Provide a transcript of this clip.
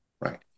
Right